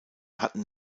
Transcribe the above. hatten